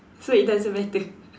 so it doesn't matter